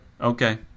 Okay